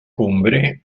cumbre